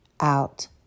out